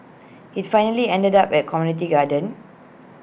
IT finally ended up at community garden